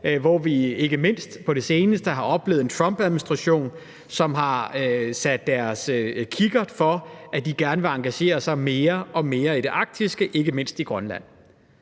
hvor vi ikke mindst på det seneste har oplevet en Trumpadministration, som har sat kikkerten for øjet med henblik på gerne at ville engagere sig mere og mere i det arktiske, ikke mindst i Grønland.